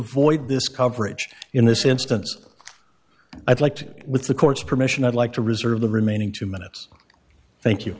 avoid this coverage in this instance i'd like to get with the court's permission i'd like to reserve the remaining two minutes thank you